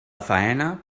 faena